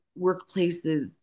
workplaces